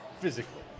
physically